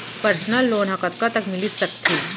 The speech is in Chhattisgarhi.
पर्सनल लोन ह कतका तक मिलिस सकथे?